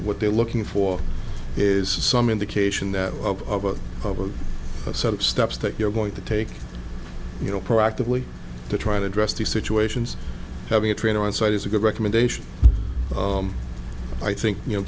what they're looking for is some indication that of over a set of steps that you're going to take you know proactively to try to address these situations having a trainer on site is a good recommendation i think you know